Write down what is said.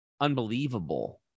unbelievable